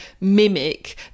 mimic